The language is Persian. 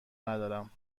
ندارم